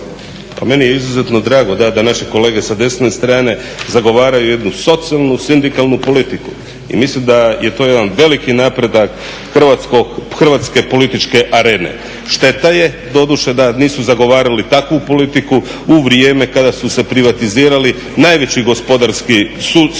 Pa meni je izuzetno drago da naši kolege sa desne strane zagovaraju jednu socijalnu, sindikalnu politiku i mislim da je to jedan veliki napredak Hrvatske političke arene. Šteta je, doduše, da nisu zagovarali takvu politiku u vrijeme kada su se privatizirali najveći gospodarski